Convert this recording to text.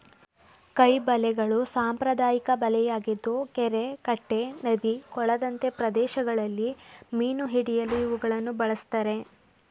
ಕೈ ಬಲೆಗಳು ಸಾಂಪ್ರದಾಯಿಕ ಬಲೆಯಾಗಿದ್ದು ಕೆರೆ ಕಟ್ಟೆ ನದಿ ಕೊಳದಂತೆ ಪ್ರದೇಶಗಳಲ್ಲಿ ಮೀನು ಹಿಡಿಯಲು ಇವುಗಳನ್ನು ಬಳ್ಸತ್ತರೆ